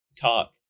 talk